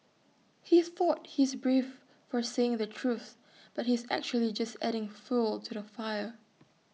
he thought he's brave for saying the truth but he's actually just adding fuel to the fire